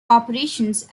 operations